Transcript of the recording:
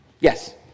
Yes